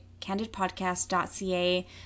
candidpodcast.ca